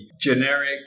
generic